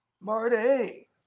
Marty